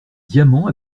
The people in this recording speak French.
diamant